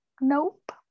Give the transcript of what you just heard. Nope